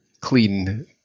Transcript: clean